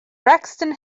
braxton